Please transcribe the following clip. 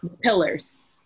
pillars